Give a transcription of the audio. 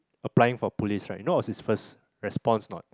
applying for police right you know what was his first response a not